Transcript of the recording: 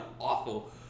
awful